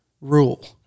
rule